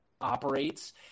operates